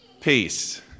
peace